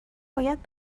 باید